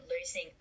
losing